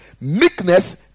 Meekness